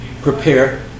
prepare